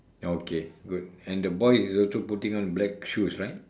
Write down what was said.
okay good and the boy is also putting on black shoes right